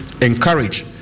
encourage